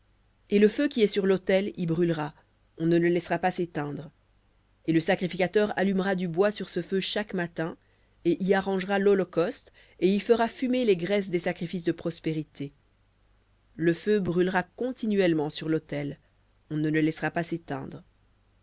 et le feu qui est sur l'autel y brûlera on ne le laissera pas s'éteindre et le sacrificateur allumera du bois sur ce chaque matin et y arrangera l'holocauste et y fera fumer les graisses des sacrifices de prospérités le feu brûlera continuellement sur l'autel on ne le laissera pas s'éteindre